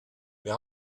wir